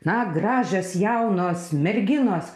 na gražios jaunos merginos